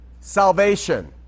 salvation